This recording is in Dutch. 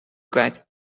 kwijt